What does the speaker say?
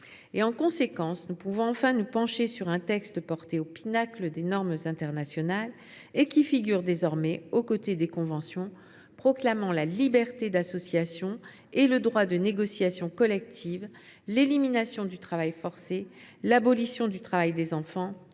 En conséquence, nous pouvons enfin nous pencher sur un texte porté au pinacle des normes internationales, qui figure désormais aux côtés des conventions proclamant la liberté d’association et le droit de négociation collective, l’élimination du travail forcé, l’abolition du travail des enfants